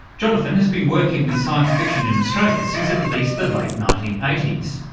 jonathan has been working with science fiction in australia since at least the late nineteen eighty s.